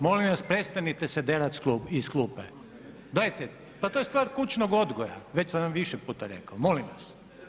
Molim vas prestanite se derati iz klupe, dajte pa to je stvar kućnog odgoja, već sam vam više puta rekao, molim vas.